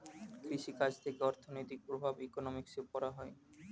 কৃষি কাজ থেকে অর্থনৈতিক প্রভাব ইকোনমিক্সে পড়া হয়